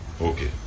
Okay